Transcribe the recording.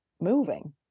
moving